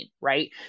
right